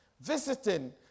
visiting